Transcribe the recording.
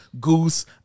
Goose